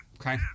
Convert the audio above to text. okay